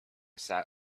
sat